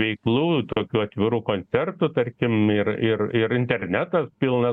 veiklų tokių atvirų koncertų tarkim ir ir ir internetas pilnas